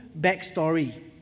backstory